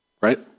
right